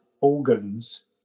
organs